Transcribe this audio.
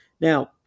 Now